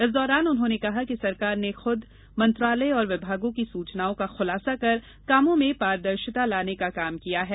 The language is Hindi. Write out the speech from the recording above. इस दौरान उन्होंने कहा कि सरकार ने खुद मंत्रालय और विभागों की सूचनाओं का खुलासा कर कामों में पारदर्शिता लाने का काम किया है